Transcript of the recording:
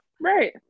right